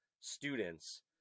students